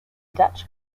dutch